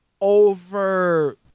over